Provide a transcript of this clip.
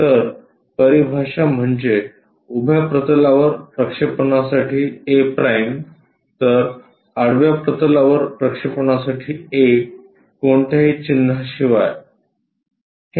तर परिभाषा म्हणजे उभ्या प्रतलावर प्रक्षेपणासाठी a' तर आडव्या प्रतलावर प्रक्षेपणासाठी a कोणत्याही चिन्हा शिवाय ' किंवा '